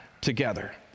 together